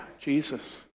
Jesus